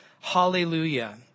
Hallelujah